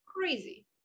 crazy